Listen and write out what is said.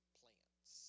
plants